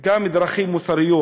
גם דרכים מוסריות.